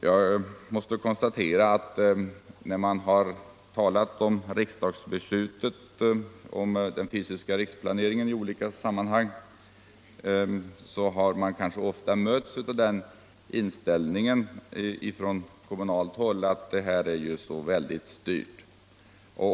När man i olika sammanhang har talat om riksdagsbeslutet och om den fysiska riksplaneringen har man emellertid ofta mött den inställningen på kommunalt håll att den här planeringen är så väldigt styrd.